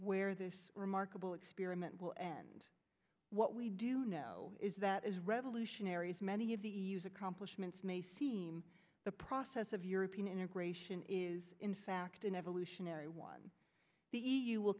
where this remarkable experiment will end what we do know is that is revolutionaries many of these accomplishments may seem the process of european integration is in fact an evolutionary one the e u will